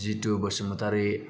Jitu Basumatary